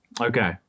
Okay